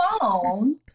phone